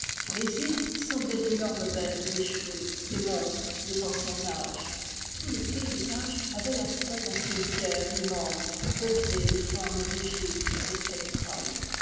les îles semblaient d'énormes bêtes échouées des monstres des anciens âges tout le paysage avait l'aspect d'un cimetière immense peuplé de formes rigides et spectrales